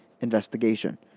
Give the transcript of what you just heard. investigation